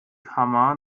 kammer